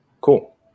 cool